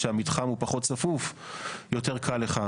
כשהמתחם הוא פחות צפוף יותר קל לך.